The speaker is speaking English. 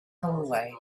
hallway